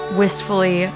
wistfully